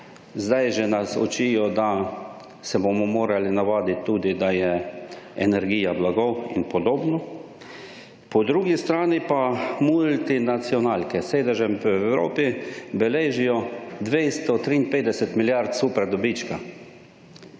Sedaj že nas učijo, da se bomo morali navaditi tudi, da je energija blaga in podobno. Po drugi strani pa multinacionalke s sedežem v Evropi beležijo 253 milijard super dobička